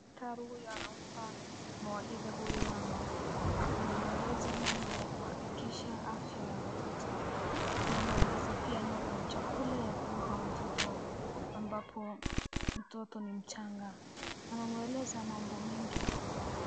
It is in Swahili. Daktari huyu anampa mawaidha huyu mama. Anamweleza namna ya kuhakikisha afya ya mtoto. Anamweleza pia chakula ya kumpa mtoto ambapo mtoto ni mchanga. Anamweleza mambo mengi.